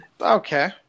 Okay